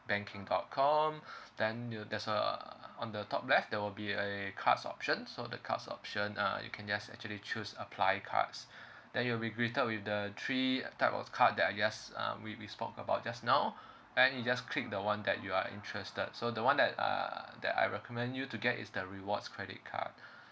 banking dot com then you there's uh on the top left there will be a cards option so the cards option uh you can just actually choose apply cards then you will be greeted with the three type of card that I just uh we we spoke about just now then you just click the one that you are interested so the one that uh that I recommend you to get is the rewards credit card